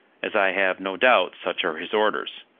as i have no doubt such are his orders,